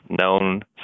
known